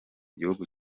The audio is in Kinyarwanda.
gihugu